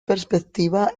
perspectiva